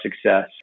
success